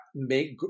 Make